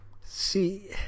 See